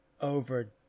over